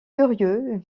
curieux